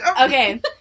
Okay